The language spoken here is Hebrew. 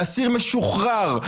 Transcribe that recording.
לאסיר משוחרר,